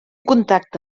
contacte